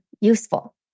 useful